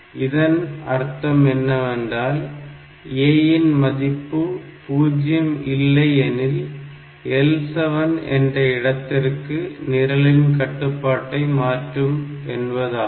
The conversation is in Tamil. இதன் அர்த்தம் என்னவென்றால் A இன் மதிப்பு 0 இல்லை எனில் L7 என்ற இடத்திற்கு நிரலின் கட்டுப்பாட்டை மாற்று என்பதாகும்